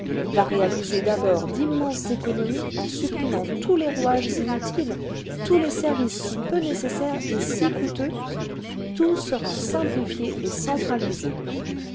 va réaliser d'a'bord d'a'bord économies en supprimant tous les rouages inutiles tous les services si peu nécessaires et si coûteux tout sera simplifié et centralisé